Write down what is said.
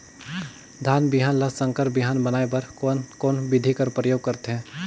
धान बिहान ल संकर बिहान बनाय बर कोन कोन बिधी कर प्रयोग करथे?